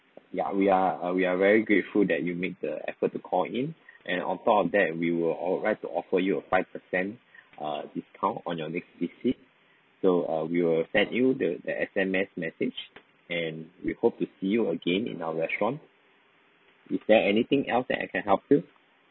ya we are uh we are very grateful that you make the effort to call in and on top of that we will uh like to offer you a five percent uh discount on your next visit so uh we will send you the the S_M_S message and we hope to see you again in our restaurant is there anything else that I can help